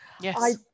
yes